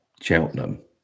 Cheltenham